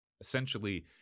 essentially